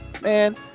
Man